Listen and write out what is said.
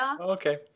Okay